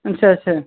अच्छा अच्छा